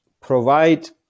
provide